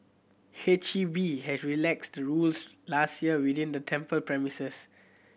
H E B has relaxed the rules last year within the temple premises